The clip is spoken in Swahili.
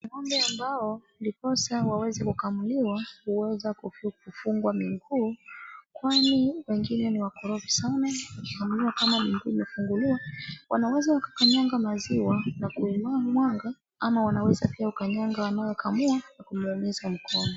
Ng'ombe ambao ndiposa waweze kukamuliwa huweza kufungwa miguu kwani wengine ni wakorofi sana wakikamuliwa kama miguu imefunguliwa wanaweza wakakanyanga maziwa na kuimwaga ama wanaweza wakanyanga wanaokamua na kumuumiza mkono.